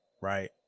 right